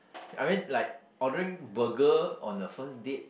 I mean like ordering burger on a first date